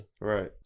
Right